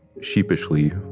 sheepishly